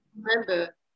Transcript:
remember